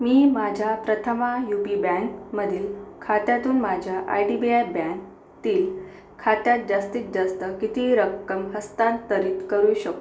मी माझ्या Prathama U P बँकमधील खात्यातून माझ्या आय डी बी आय बँकतील खात्यात जास्तीत जास्त किती रक्कम हस्तांतरित करु शकतो